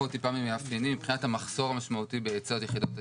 מבחינת המחסור המשמעותי בהיצע ליחידות הדיור.